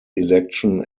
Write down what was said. election